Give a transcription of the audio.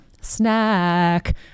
Snack